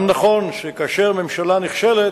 נכון גם שכאשר ממשלה נכשלת,